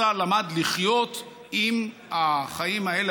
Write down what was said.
צה"ל למד לחיות עם החיים האלה,